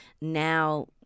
now